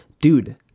Dude